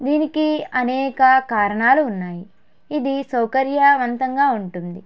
దీనికి అనేక కారణాలు ఉన్నాయి ఇది సౌకర్యవంతంగా ఉంటుంది